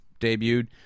debuted